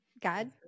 God